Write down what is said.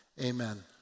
Amen